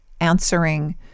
answering